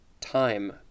Time